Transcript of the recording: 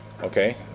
okay